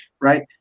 right